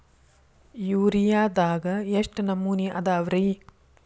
ಯೂರಿಯಾದಾಗ ಎಷ್ಟ ನಮೂನಿ ಅದಾವ್ರೇ?